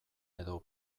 edo